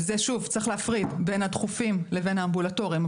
ושוב: צריך להפריד בין הדחופים לבין האמבולטוריים,